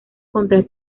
contra